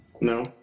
No